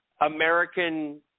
American